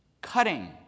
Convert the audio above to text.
cutting